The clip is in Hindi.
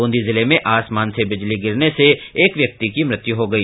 बूंदी जिले में आसमान से बिजली गिरने से एक व्यक्ति की मृत्यु हो गई